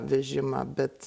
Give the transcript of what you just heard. vežimą bet